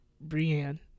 Brienne